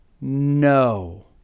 no